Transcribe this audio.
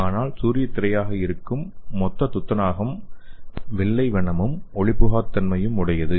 ஆனால் சூரியத் திரையாக இருக்கும் மொத்த துத்தநாகம் வெள்ளை வண்ணமும் ஒளிபுகாத்தன்மையும் உடையது